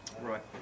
Right